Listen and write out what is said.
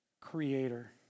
Creator